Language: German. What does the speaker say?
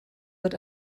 wird